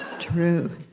true!